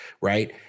right